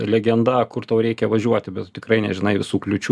legenda kur tau reikia važiuoti bet tikrai nežinai visų kliūčių